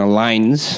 lines